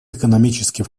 экономический